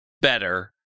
better